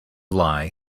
lie